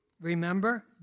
Remember